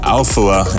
Alpha